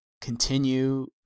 continue